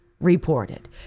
reported